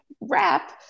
wrap